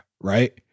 right